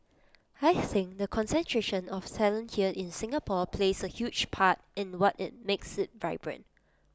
I think the concentration of talent here in Singapore plays A huge part in the what makes IT vibrant